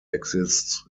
exists